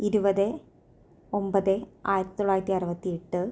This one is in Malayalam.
ഇരുപത് ഒമ്പത് ആയിരത്തി തൊള്ളായിരത്തി അറുപത്തി എട്ട്